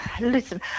Listen